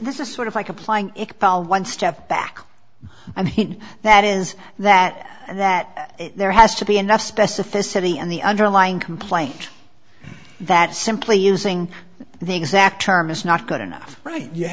this is sort of like applying it paul one step back i mean that is that that there has to be enough specificity in the underlying complaint that simply using the exact term is not good enough right y